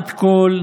בת קול,